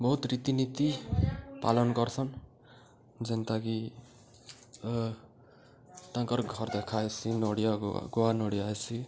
ବହୁତ ରୀତିନୀତି ପାଳନ କରସନ୍ ଯେନ୍ତାକି ତାଙ୍କର ଘର ଦେଖାହେସି ନଡ଼ିଆ ଗୁଆ ନଡ଼ିଆ ହେସି